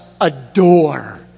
adore